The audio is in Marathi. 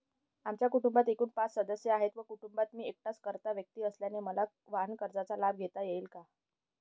आमच्या कुटुंबात एकूण पाच सदस्य आहेत व कुटुंबात मी एकटाच कर्ता व्यक्ती असल्याने मला वाहनकर्जाचा लाभ घेता येईल का?